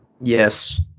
Yes